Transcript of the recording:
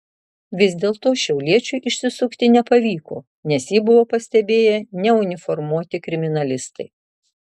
vis dėlto šiauliečiui išsisukti nepavyko nes jį buvo pastebėję neuniformuoti kriminalistai